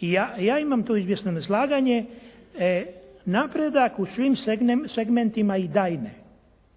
Ja imam tu izvjesno neslaganje. Napredak u svim segmentima i da i ne.